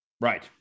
Right